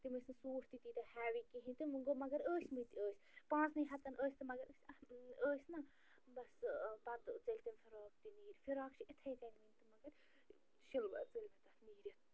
تِم ٲسۍ نہٕ سوٗٹ تہِ تیٖتیٛاہ ہیوی کِہیٖنۍ تہٕ وۄنۍ گوٚو مگر ٲسۍمٕتۍ ٲسۍ پانٛژنٕے ہتن ٲسۍ تہٕ مگر ٲسۍ ٲسۍ نَہ بس پتہٕ ژٔلۍ تِم فِرٛاک تہِ نیٖرِتھ فِرٛاک چھِ یِتھَے کٔنۍ وٕنۍ تہٕ مگر شلوار ژٔلۍ مےٚ تتھ نیٖرِتھ